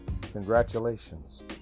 congratulations